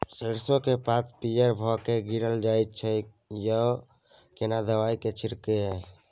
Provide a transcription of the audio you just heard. सरसो के पात पीयर भ के गीरल जाय छै यो केना दवाई के छिड़कीयई?